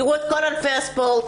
תראו את כל ענפי הספורט,